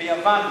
ביוון,